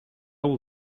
will